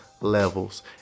levels